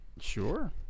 Sure